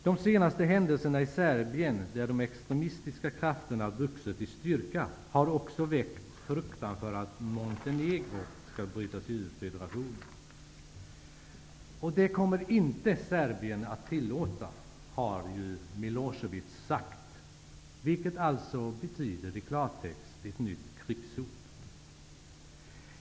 De senaste händelserna i Serbien, där de extremistiska krafterna vuxit i styrka, har också väckt fruktan för att Montenegro skall bryta sig ur federationen. Det kommer Serbien inte att tillåta har Milosevic sagt. Det betyder i klartext ett nytt krigshot.